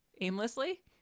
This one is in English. aimlessly